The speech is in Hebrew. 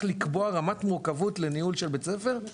לקבוע רמת מורכבות לניהול של בית-ספר,